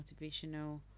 motivational